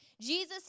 Jesus